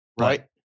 Right